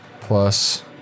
plus